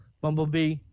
Bumblebee